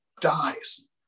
dies